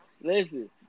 Listen